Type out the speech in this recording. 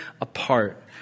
apart